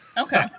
Okay